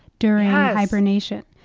during hibernation.